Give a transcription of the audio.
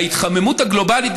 ההתחממות הגלובלית,